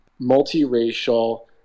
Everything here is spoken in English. multiracial